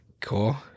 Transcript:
Cool